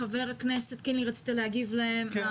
חבר הכנסת, כן, רצית להגיב להם?